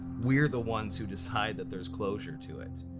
we're the ones who decide that there's closure to it,